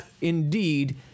indeed